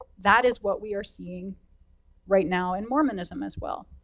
that is what we are seeing right now in mormonism, as well.